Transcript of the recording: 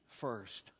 first